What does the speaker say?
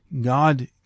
God